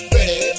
Ready